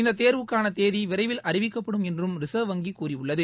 இந்த தேர்வுக்கான தேதி விரைவில அறிவிக்கப்படும் என்றும் ரிசர்வ் வங்கி கூறியுள்ளது